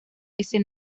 ese